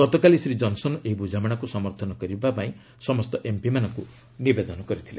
ଗତକାଲି ଶ୍ରୀ ଜନ୍ସନ୍ ଏହି ବୁଝାମଣାକୁ ସମର୍ଥନ କରିବା ପାଇଁ ସମସ୍ତ ଏମ୍ପିମାନଙ୍କୁ ନିବେଦନ କରିଥିଲେ